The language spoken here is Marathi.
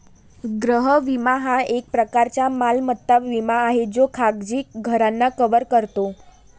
गृह विमा हा एक प्रकारचा मालमत्ता विमा आहे जो खाजगी घरांना कव्हर करतो